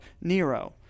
Nero